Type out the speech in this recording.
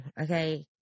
okay